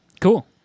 Cool